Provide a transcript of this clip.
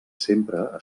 sempre